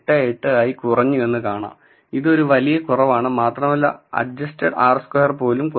588 ആയി കുറഞ്ഞു എന്ന് കാണാം ഇത് ഒരു വലിയ കുറവാണ് മാത്രമല്ല അഡ്ജസ്റ്റഡ് r സ്ക്വയർ പോലും കുറഞ്ഞു